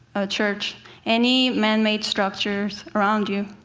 a church any man-made structures around you.